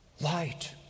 Light